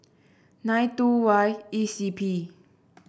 nine two Y E C P